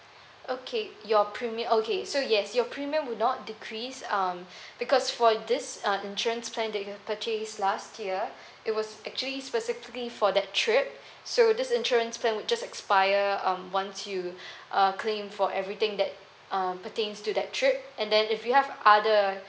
okay your premium okay so yes your premium will not decrease um because for this uh insurance plan that you have purchased last year it was actually specifically for that trip so this insurance plan would just expire um once you uh claim for everything that uh pertains to that trip and then if you have other